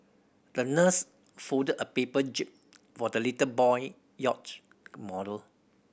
the nurse folded a paper jib for the little boy yacht model